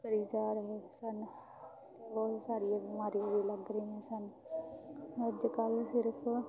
ਕਰੀ ਜਾ ਰਹੇ ਸਨ ਬਹੁਤ ਸਾਰੀਆਂ ਬਿਮਾਰੀਆਂ ਵੀ ਲੱਗ ਰਹੀਆਂ ਸਾਨੂੰ ਅੱਜ ਕੱਲ੍ਹ ਸਿਰਫ